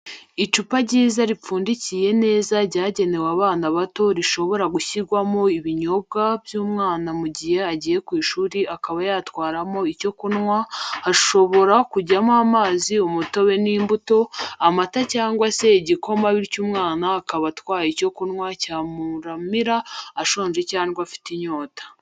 Icupa ryiza ripfundikiye neza ryagenewe abana bato rishobora gushyirwamo ibinyobwa by'umwana mu gihe agiye ku ishuri akaba yatwaramo icyo kunywa hashobora kujyamo amazi umutobe w'imbuto, amata cyangwa se igikoma bityo umwana akaba atwaye icyo kunywa cyamuramira ashonje cyangwa afite inyota